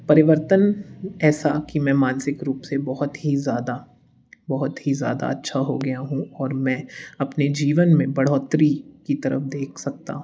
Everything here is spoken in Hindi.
परिवर्तन ऐसा की मैं मानसिक रूप से बहुत ही ज़्यादा बहुत ही ज़्यादा अच्छा हो गया हूँ और मैं अपने जीवन में बढ़ोतरी की तरफ़ देख सकता हूँ